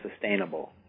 sustainable